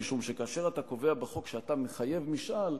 משום שכאשר אתה קובע בחוק שאתה מחייב משאל,